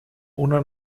una